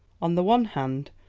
on the one hand,